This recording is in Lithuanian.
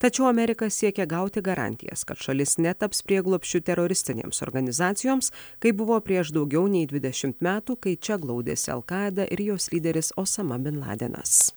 tačiau amerika siekia gauti garantijas kad šalis netaps prieglobsčiu teroristinėms organizacijoms kaip buvo prieš daugiau nei dvidešimt metų kai čia glaudėsi alkaida ir jos lyderis osama bin ladenas